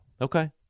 Okay